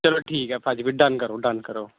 ਚਲੋ ਠੀਕ ਆ ਭਾਅ ਜੀ ਫਿਰ ਡਨ ਕਰੋ ਡਨ ਕਰੋ